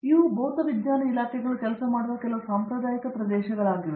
ನಿರ್ಮಲ ಇವುಗಳು ಭೌತವಿಜ್ಞಾನ ಇಲಾಖೆಗಳು ಕೆಲಸ ಮಾಡುವ ಕೆಲವು ಸಾಂಪ್ರದಾಯಿಕ ಪ್ರದೇಶಗಳಾಗಿವೆ